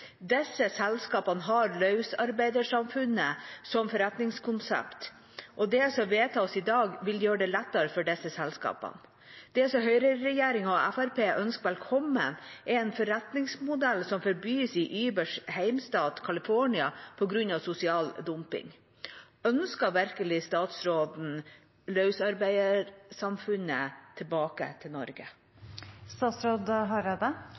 Disse selskapene har løsarbeidersamfunnet som forretningskonsept. Det som vedtas i dag, vil gjøre det lettere for disse selskapene. Det som høyreregjeringa og Fremskrittspartiet ønsker skal komme, er en forretningsmodell som forbys i Ubers hjemstat, California, på grunn av sosial dumping. Ønsker virkelig statsråden løsarbeidersamfunnet tilbake i Norge?